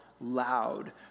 loud